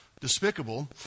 despicable